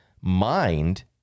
Mind